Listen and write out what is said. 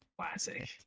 classic